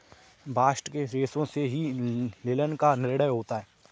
bast के रेशों से ही लिनन का भी निर्माण होता है